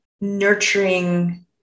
nurturing